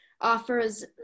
offers